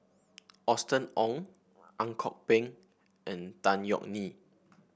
Austen Ong Ang Kok Peng and Tan Yeok Nee